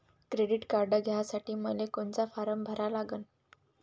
Credit card घ्यासाठी मले कोनचा फारम भरा लागन?